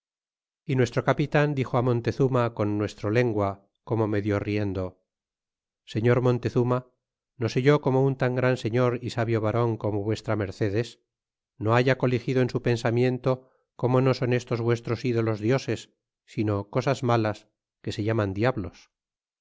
y nuestro capitan dixo montezuma con nuestro lengua como medio riendo señor montezuma no se yo cómo un tan gran señor sabio varon como v m es no haya coligido en su pensamiento como no son estos vuestros idolos dioses sino cosas malas que se llaman diablos